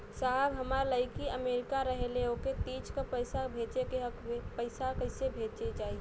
साहब हमार लईकी अमेरिका रहेले ओके तीज क पैसा भेजे के ह पैसा कईसे जाई?